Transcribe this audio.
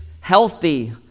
healthy